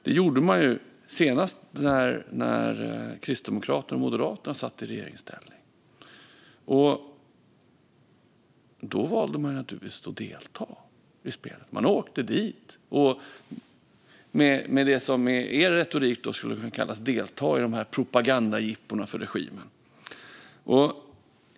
Det var senast när Kristdemokraterna och Moderaterna satt i regeringsställning. Då valde man naturligtvis att delta vid spelen. Man åkte dit. Med er retorik skulle man kunna kalla det för att man deltog i propagandajippon för regimen.